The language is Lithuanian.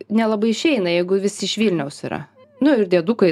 nelabai išeina jeigu visi iš vilniaus yra nu ir diedukai